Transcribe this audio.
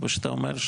כמו שאתה אומר,